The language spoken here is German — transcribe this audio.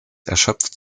erschöpft